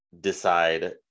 decide